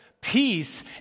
peace